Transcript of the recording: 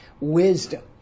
wisdom